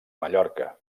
mallorca